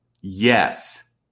yes